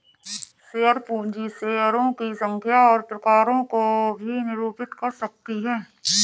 share पूंजी शेयरों की संख्या और प्रकारों को भी निरूपित कर सकती है